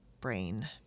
brain